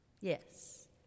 Yes